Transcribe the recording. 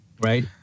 right